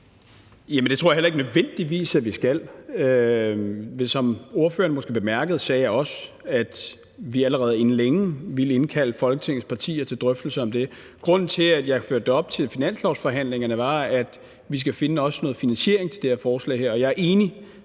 Det tror jeg heller ikke nødvendigvis at vi skal. Men som ordføreren måske bemærkede, sagde jeg også, at vi allerede inden længe vil indkalde Folketingets partier til drøftelse af det. Grunden til, at jeg førte det op til finanslovsforhandlingerne, var, at vi også skal finde noget finansiering til det her forslag. Jeg er enig